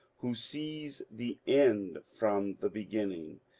who sees the end from the beginning,